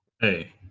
Hey